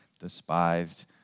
despised